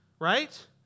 right